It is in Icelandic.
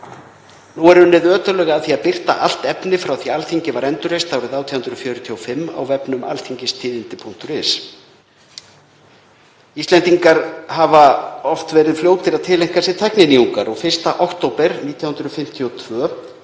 er ötullega að því að birta allt efni frá því að Alþingi var endurreist árið 1845 á vefnum althingistidindi.is. Íslendingar hafa oft verið fljótir að tileinka sér tækninýjungar og 1. október 1952